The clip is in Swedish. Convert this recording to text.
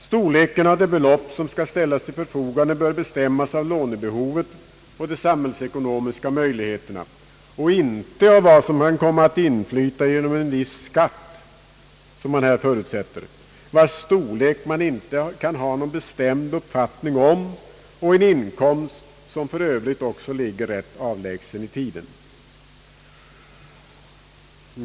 Storleken av det belopp som skall ställas till förfogande bör bestämmas av lånebehovet och de samhällsekonomiska möjligheterna och inte av vad som kan komma att inflyta genom en viss skatt, som man här förutsätter, vars storlek man inte kan ha någon bestämd uppfattning om och med en inkomst som också ligger rätt avlägset i tiden.